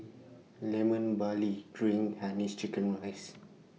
Lemon Barley Drink Hainanese Chicken Rice